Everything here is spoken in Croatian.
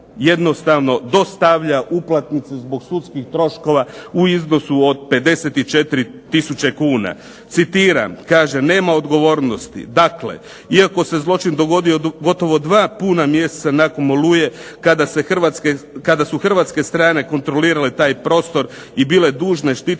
jednostavno dostavlja uplatnice zbog sudskih troškova u iznosu od 54000 kuna. Citiram: "Kaže nema odgovornosti". Dakle, iako se zločin dogodio gotovo dva puna mjeseca nakon "Oluje" kada su hrvatske strane kontrolirale taj prostor i bile dužne štititi